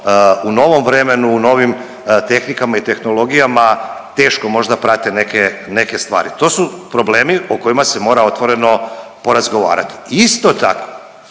u novom vremenu, u novim tehnikama i tehnologijama teško možda prate neke, neke stvari, to su problemi o kojima se mora otvoreno porazgovarati. Isto tako